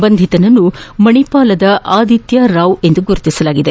ಬಂಧಿತನನ್ನು ಮಣಿಪಾಲದ ಆದಿತ್ಯರಾವ್ ಎಂದು ಗುರುತಿಸಲಾಗಿದೆ